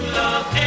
love